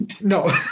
No